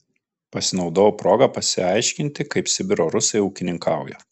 pasinaudojau proga pasiaiškinti kaip sibiro rusai ūkininkauja